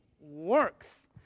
works